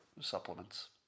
supplements